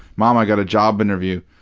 mom, i got a job interview.